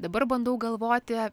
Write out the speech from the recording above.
dabar bandau galvoti